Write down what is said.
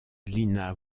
lina